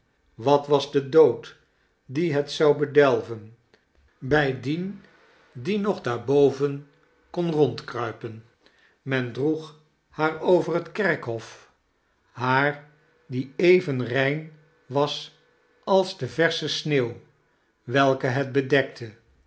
wat was de dood dien het zou bedelven bij dien die nog daarboven kon rondkruipen men droeg haar over het kerkhof haar die even rein was als de versche sneeuw welke het bedekte